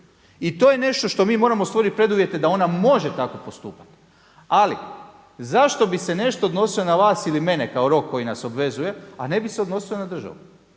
I to je nešto što mi moramo stvoriti preduvjete da ona može tako postupati. Ali zašto bi se nešto odnosilo na vas ili mene kao rok koji nas obvezuje a ne bi se odnosio na državu.